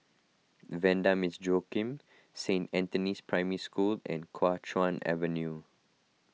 the Vanda Miss Joaquim Saint Anthony's Primary School and Kuo Chuan Avenue